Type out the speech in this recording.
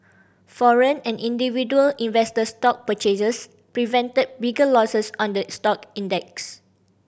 foreign and individual investor stock purchases prevented bigger losses on the stock index